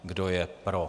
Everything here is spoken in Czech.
Kdo je pro?